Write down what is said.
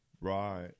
right